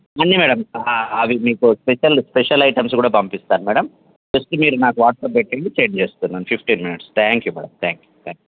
ఉంది మేడం అవి మీకు స్పెషలు స్పెషల్ ఐటమ్స్ కూడా పంపిస్తాను మేడం జస్ట్ మీరు నాకు వాట్సాప్ పెట్టండి షేర్ చేస్తున్నాను fifteen minutes thank you madam thank you thank you